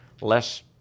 less